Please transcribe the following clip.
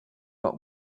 but